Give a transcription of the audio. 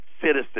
citizen